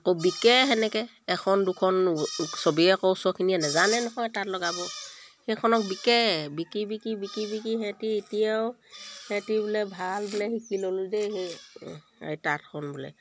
আকৌ বিকে সেনেকৈ এখন দুখন চবেই আকৌ ওচৰৰখিনিয়ে নাজানে নহয় তাঁত লগাব সেইখনক বিকে বিকি বিকি বিকি বিকি সিহঁতে এতিয়াও সিহঁতে বোলে ভাল বোলে শিকি ল'লোঁ যে সেই তাঁতখন বোলে